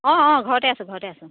অঁ অঁ ঘৰতে আছো ঘৰতে আছো